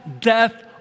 death